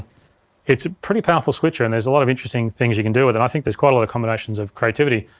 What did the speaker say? it's a pretty powerful switcher and there's a lot of interesting things you can do with it, and i think there's quite a lot of combinations of creativity,